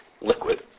liquid